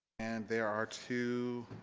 and there are two